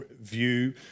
view